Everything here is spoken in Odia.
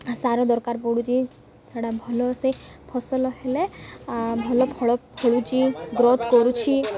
ସାର ଦରକାର ପଡ଼ୁଛି ସେଇଟା ଭଲ ସେ ଫସଲ ହେଲେ ଭଲ ଫଳ ଫଳୁଛି ଗ୍ରୋଥ୍ କରୁଛି